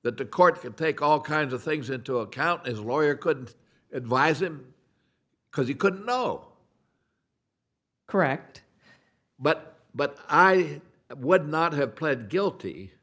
that the court could take all kinds of things into account as a lawyer could advise him because he could no correct but but i would not have pled guilty